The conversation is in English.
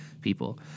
people